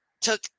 took